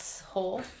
hole